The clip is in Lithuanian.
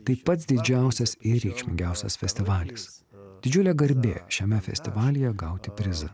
tai pats didžiausias ir reikšmingiausias festivalis didžiulė garbė šiame festivalyje gauti prizą